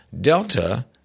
Delta